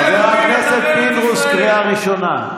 חבר הכנסת פינדרוס, קריאה ראשונה.